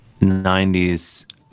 90s